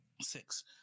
Six